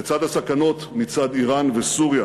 לצד המאבק בסכנות מצד איראן וסוריה